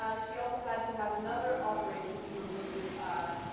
ah she also had to have another operation to remove ah.